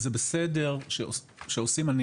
זה בסדר" כשעושים.